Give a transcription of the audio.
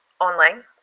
online